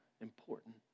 important